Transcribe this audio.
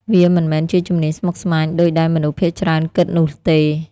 វាមិនមែនជាជំនាញស្មុគស្មាញដូចដែលមនុស្សភាគច្រើនគិតនោះទេ។